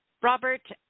Robert